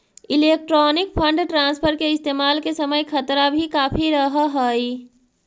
electronic fund transfer के इस्तेमाल के समय खतरा भी काफी रहअ हई